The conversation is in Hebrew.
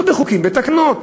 לא בחוקים, בתקנות.